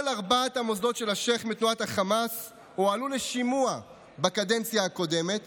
כל ארבעת המוסדות של השייח' מתנועת החמאס הועלו לשימוע בקדנציה הקודמת,